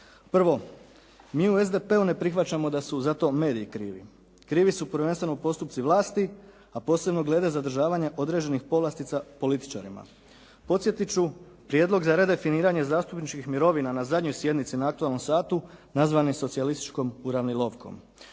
Prvo, mi u SDP-u ne prihvaćamo da su za to mediji krivi. Krivi su prvenstveno postupci vlasti a posebno glede zadržavanja određenih povlastica političarima. Podsjetit ću, prijedlog za redefiniranje zastupničkih mirovina na zadnjoj sjednici na aktualnom satu nazvat je socijalističkom uravnilovkom.